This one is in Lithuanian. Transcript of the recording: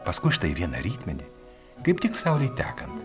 paskui štai vieną rytmetį kaip tik saulei tekant